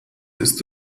ist